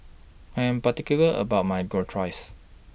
I Am particular about My Gyros